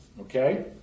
Okay